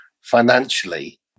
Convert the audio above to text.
financially